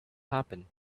happen